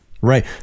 Right